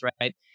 Right